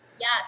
Yes